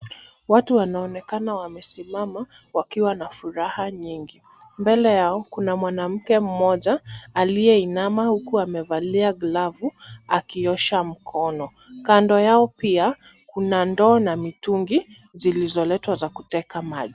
Watu wanaonekana wamesimama wakiwa na furaha nyingi. Mbele yao kuna mwanamke mmoja aliyeinama huku amevalia glavu akiosha mkono. Kando yao pia kuna ndoo na mitungi zilizoletwa za kuteka maji.